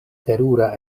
terura